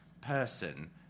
person